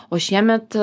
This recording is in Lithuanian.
o šiemet